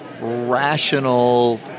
rational